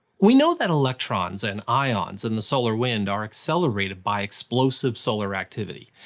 we know that electrons and ions in the solar wind are accelerated by explosive solar activity.